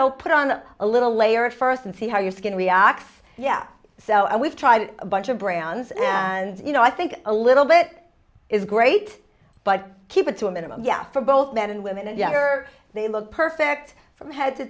know put on a little layer first and see how your skin reacts yeah so we've tried a bunch of brands and you know i think a little bit is great but keep it to a minimum yeah for both men and women and younger they look perfect from head to